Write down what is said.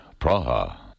Praha